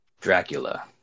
Dracula